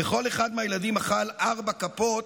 וכל אחד מהילדים אכל ארבע כפות.